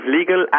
legal